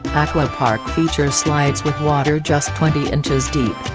aqua park features slides with water just twenty inches deep,